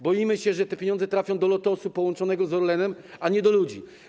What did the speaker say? Boimy się, że te pieniądze trafią do Lotosu połączonego z Orlenem, a nie do ludzi.